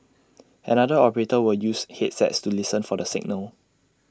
another operator will use headsets to listen for the signal